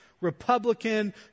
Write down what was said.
Republican